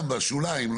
גם בשוליים,